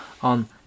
on